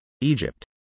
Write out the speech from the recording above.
Egypt